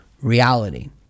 reality